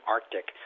Arctic